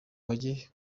bajye